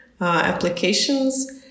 applications